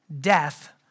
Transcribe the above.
death